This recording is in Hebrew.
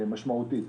משמעותית.